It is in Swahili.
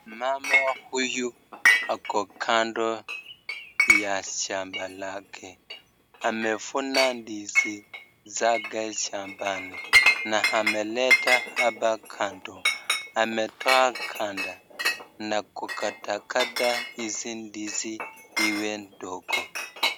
Mama huyu ako kando ya shamba lake. Amevuna ndizi zake shambani na ameleta hapa kando. Ametoa kando na kukatakata hizi ndizi ziwe ndogo.